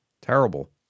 terrible